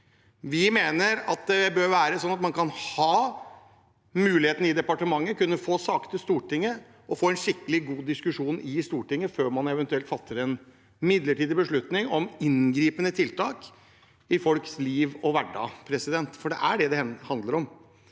Vi mener det bør være sånn at man kan ha muligheten i departementet, kunne få saker til Stortinget og få en skikkelig god diskusjon i Stortinget før man eventuelt fatter en midlertidig beslutning om inngripende tiltak i folks liv og hverdag, for det er det det handler om.